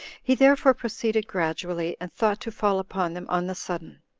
he therefore proceeded gradually, and thought to fall upon them on the sudden.